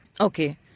Okay